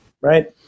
right